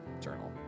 journal